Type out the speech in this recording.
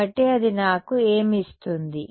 కాబట్టి అది నాకు ఏమి ఇస్తుంది